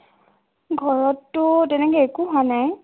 ঘৰততো তেনেকৈ একো হোৱা নাই